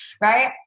right